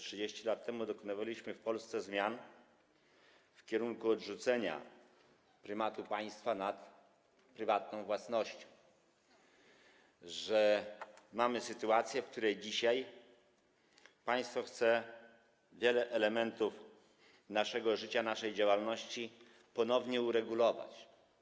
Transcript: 30 lat temu dokonywaliśmy w Polsce zmian w kierunku odrzucenia prymatu państwa nad prywatną własnością i mamy sytuację, w której dzisiaj państwo chce wiele elementów naszego życia, naszej działalności ponownie uregulować.